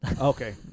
Okay